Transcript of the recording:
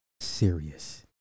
serious